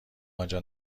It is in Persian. آنجا